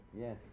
Yes